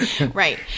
Right